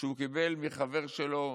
שהוא קיבל מחבר שלו,